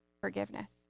forgiveness